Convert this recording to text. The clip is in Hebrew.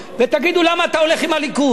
ותגידו למה אתה הולך עם הליכוד.